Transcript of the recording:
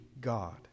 God